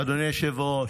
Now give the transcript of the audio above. אדוני היושב-ראש,